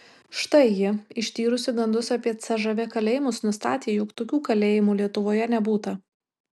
štai ji ištyrusi gandus apie cžv kalėjimus nustatė jog tokių kalėjimų lietuvoje nebūta